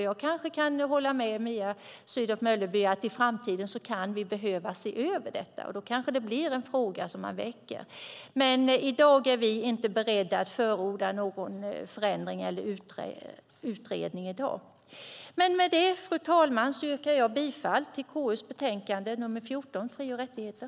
Jag kan hålla med om Mia Sydow Mölleby om att vi i framtiden kan behöva se över detta. Då kanske man väcker denna fråga. Men i dag är vi inte beredda att förorda någon förändring eller utredning. Fru talman! Jag yrkar bifall till förslaget i KU:s betänkande 14 om fri och rättigheter.